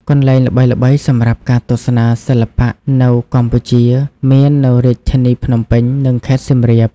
កន្លែងល្បីៗសម្រាប់ការទស្សនាសិល្បៈនៅកម្ពុជាមាន នៅរាជធានីភ្នំពេញ និងខេត្តសៀមរាប។